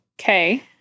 Okay